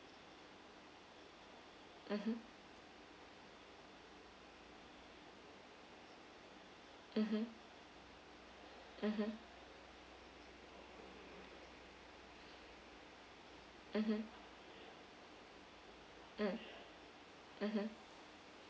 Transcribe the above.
mmhmm mmhmm mmhmm mmhmm mm mmhmm